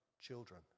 children